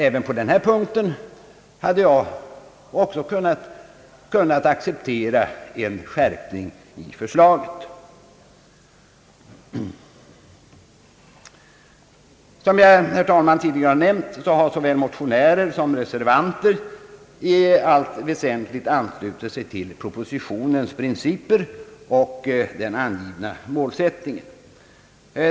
Även på denna punkt hade jag kunnat acceptera en skärpning i förslaget. Såsom jag, herr talman, tidigare har nämnt har såväl motionärer som reservanter i allt väsentligt anslutit sig till propositionens principer och den angivna målsättningen.